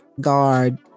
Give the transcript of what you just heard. guard